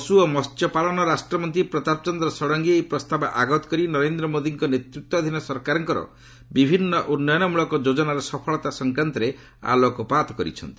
ପଶୁ ଓ ମସ୍ୟ ପାଳନ ରାଷ୍ଟ୍ରମନ୍ତ୍ରୀ ପ୍ରତାପ ଚନ୍ଦ୍ର ଷଡ଼ଙ୍ଗୀ ଏହି ପ୍ରସ୍ତାବ ଆଗତ କରି ନରେନ୍ଦ୍ର ମୋଦୀଙ୍କ ନେତୃତ୍ୱାଧୀନ ସରକାରଙ୍କର ବିଭିନ୍ନ ଉନ୍ନୟନମ୍ବଳକ ଯୋଜନାର ସଫଳତା ସଂକ୍ରାନ୍ତରେ ଆଲୋକପାତ କରିଛନ୍ତି